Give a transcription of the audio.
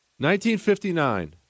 1959